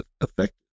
effective